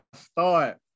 start